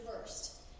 first